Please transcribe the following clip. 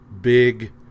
big